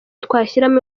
twashyiramo